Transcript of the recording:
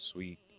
Sweet